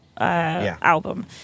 album